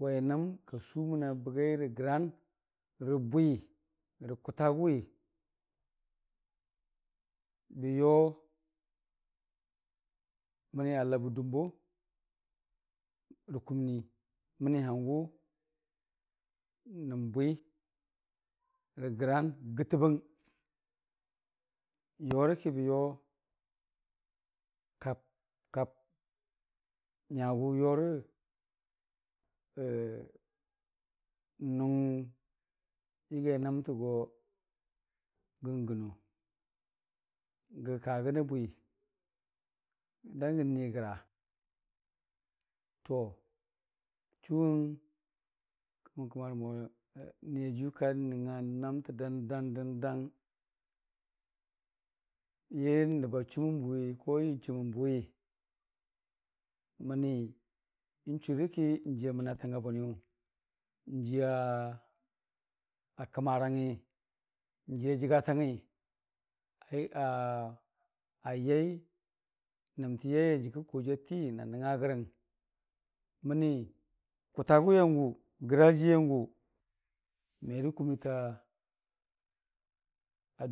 wai nəm kasuməna bəgai rəgraan rə bwi rə kʊtagʊwi, bəyo məni alabə dumbo rə kumnii məni hangʊ nən bwi rə graan gɨtɨbang, yorə ki bə yo kab- kab nyagʊ yora nʊng yəgai nəmtə go gən gɨno gəka gənə bwi da gən nigra, n'chuwung kəmən kəmarəmo n'niyajiiyu ka nəngnga nəmtə dəndang dəndang yə nəb a chumən bʊwi yə n'chumən bəwi, məni n'churəki n'jiiya mantanga buwi yu, n'jiiya kamarangngi n'jiiya jagatangngi ai- a- ayai namti yaiye nyangka kojiiyu ati na nəngngagərəng məni kʊtagʊwiyangʊ, grajii yangʊ merə kumniita